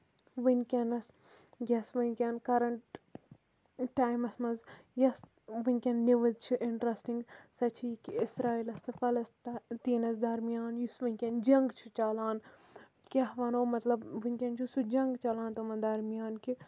وٕنکیٚنس یۄس وٕنکیٚن کَرَنٹ ٹایمَس منٛز یۄس وٕنکیٚن نِوٕز چھِ اِنٹرَسٹِنگ سۄ چھِ یہِ کہِ اسرایٖلَس تہٕ فَلَستیٖنَس درمِیان یُس وٕنکین جَنگ چھُ چَلان کیاہ وَنو مطلب وٕنکیٚن چھُ سُہ جَنگ چَلان تمَن درمِیان کہِ